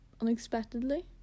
unexpectedly